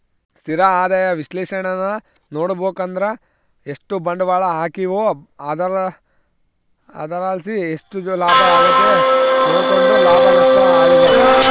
ಸ್ಥಿರ ಆದಾಯ ವಿಶ್ಲೇಷಣೇನಾ ನೋಡುಬಕಂದ್ರ ಎಷ್ಟು ಬಂಡ್ವಾಳ ಹಾಕೀವೋ ಅದರ್ಲಾಸಿ ಎಷ್ಟು ಲಾಭ ಆಗೆತೆ ನೋಡ್ಕೆಂಡು ಲಾಭ ನಷ್ಟ ಅಳಿಬಕು